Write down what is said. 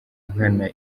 nkana